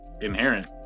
inherent